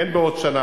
אין "בעוד שנה".